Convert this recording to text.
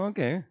Okay